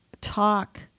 talk